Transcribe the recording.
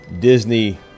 Disney